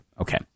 Okay